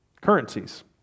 currencies